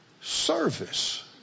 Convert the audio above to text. Service